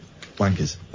Wankers